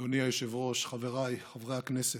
אדוני היושב-ראש, חבריי חברי הכנסת,